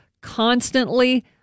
constantly